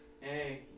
Hey